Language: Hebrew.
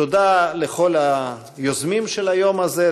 תודה לכל היוזמים של היום הזה,